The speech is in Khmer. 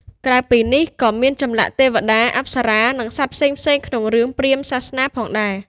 ក្រៅពីនេះ ក៏មានចម្លាក់ ទេវតា អប្សរា និងសត្វផ្សេងៗក្នុងរឿងព្រាហ្មណ៍សាសនាផងដែរ។